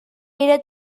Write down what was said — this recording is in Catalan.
era